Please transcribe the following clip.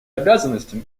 обязанностям